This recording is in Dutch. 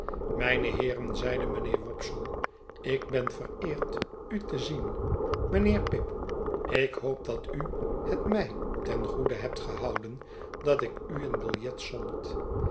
mijne heeren zeide mynheer wopsle ik ben vereerd u te zien mijnheer pip ik hoop dat u het mij ten goede hebt gehouden dat ik u een biljet zond